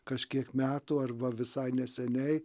kažkiek metų arba visai neseniai